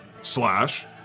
slash